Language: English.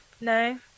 no